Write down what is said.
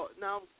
now